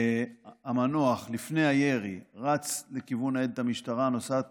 המנוח, לפני הירי, רץ לכיוון ניידת המשטרה הנוסעת